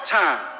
time